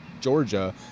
Georgia